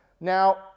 Now